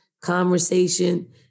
conversation